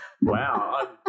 Wow